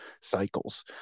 cycles